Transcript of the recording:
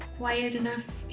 wide enough